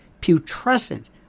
putrescent